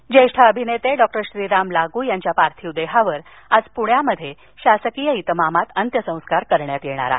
लाग् ज्येष्ठ अभिनेते डॉक्टर श्रीराम लागू यांच्या पार्थिव देहावर आज पुण्यात शासकीय इतमामात अंत्यसंस्कार करण्यात येणार आहेत